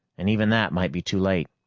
and even that might be too late.